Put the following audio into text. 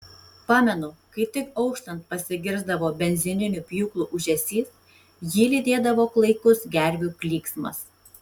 pamenu kai tik auštant pasigirsdavo benzininių pjūklų ūžesys jį lydėdavo klaikus gervių klyksmas